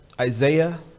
Isaiah